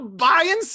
Buying